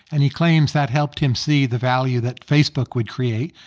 and he claims that helped him see the value that facebook would create.